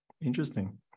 Interesting